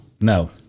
No